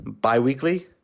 Bi-weekly